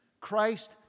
Christ